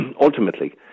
ultimately